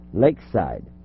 Lakeside